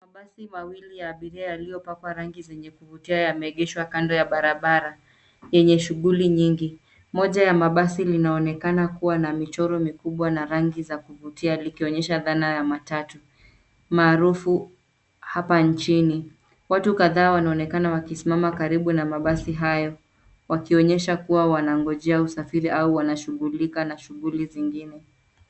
Mabasi mawili ya abiria yaliyopakwa rangi zenye kuvutia yameegeshwa kando ya barabara yenye shughuli nyingi, moja ya mabasi linaonekana kuwa na michoro mikubwa na rangi za kuvutia likionyesha dhana ya matatu maarufu hapa nchini. Watu kadhaa wanaonekana wakisimama karibu na mabasi haya wakionyesha kuwa wanangojea usafiri au wanashughulika na shughuli zingine.